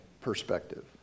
perspective